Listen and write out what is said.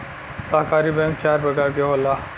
सहकारी बैंक चार परकार के होला